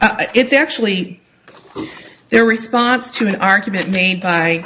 i it's actually their response to an argument made by